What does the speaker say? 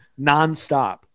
nonstop